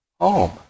home